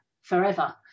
forever